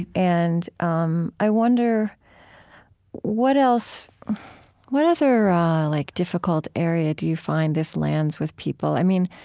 and um i wonder what else what other like difficult area do you find this lands with people. i mean,